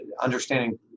understanding